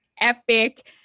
epic